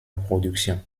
production